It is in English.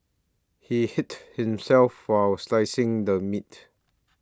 he hit himself while slicing the meat